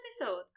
episode